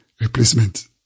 replacement